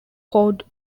chord